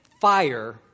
fire